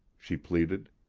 she pleaded.